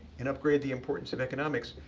and upgrade the importance of economics.